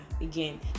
again